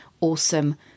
awesome